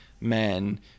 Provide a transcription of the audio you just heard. men